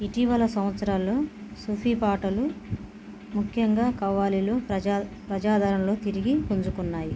ఇటీవల సంవత్సరాలలో సుఫీ పాటలు ముఖ్యంగా కవ్వాలిలు ప్రజా ప్రజాదరణలో తిరిగి పుంజుకున్నాయి